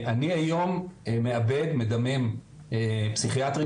אני היום מאבד מדמם פסיכיאטרים,